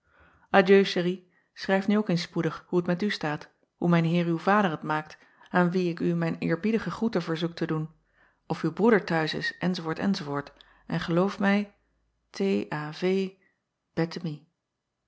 chrijf nu ook eens spoedig hoe t met u staat hoe mijn eer uw vader het maakt aan wien ik u mijn eerbiedige groete verzoek te doen of uw broeder t huis is enz enz en geloof mij